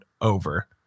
over